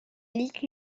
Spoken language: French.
ligue